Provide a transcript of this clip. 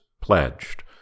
pledged